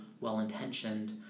well-intentioned